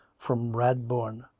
from rad bourne,